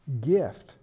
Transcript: gift